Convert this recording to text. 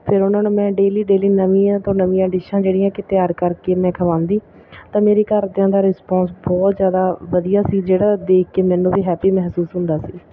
ਫਿਰ ਉਹਨਾਂ ਨੂੰ ਮੈਂ ਡੇਲੀ ਡੇਲੀ ਨਵੀਂਆਂ ਤੋਂ ਨਵੀਆਂ ਡਿਸ਼ਾਂ ਜਿਹੜੀਆਂ ਕਿ ਤਿਆਰ ਕਰਕੇ ਮੈਂ ਖਵਾਉਂਦੀ ਤਾਂ ਮੇਰੇ ਘਰਦਿਆਂ ਦਾ ਰਿਸਪੋਂਸ ਬਹੁਤ ਜ਼ਿਆਦਾ ਵਧੀਆ ਸੀ ਜਿਹੜਾ ਦੇਖ ਕੇ ਮੈਨੂੰ ਵੀ ਹੈਪੀ ਮਹਿਸੂਸ ਹੁੰਦਾ ਸੀ